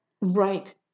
Right